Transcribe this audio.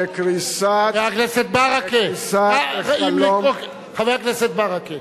לך ולממשלה, חבר הכנסת ברכה.